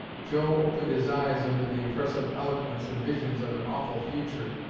joe opened his eyes under the impressive eloquence and visions of an awful future,